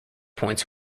points